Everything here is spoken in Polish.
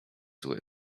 zły